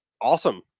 awesome